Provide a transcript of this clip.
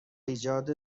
ایجاد